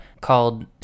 called